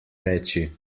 reči